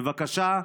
בבקשה,